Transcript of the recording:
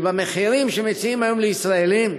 במחירים שמציעים היום לישראלים,